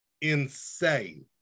Insane